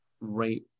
right